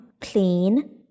clean